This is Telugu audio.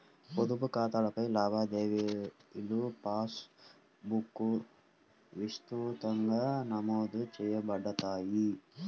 పొదుపు ఖాతాలపై లావాదేవీలుపాస్ బుక్లో విస్తృతంగా నమోదు చేయబడతాయి